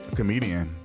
comedian